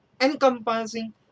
encompassing